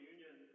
Union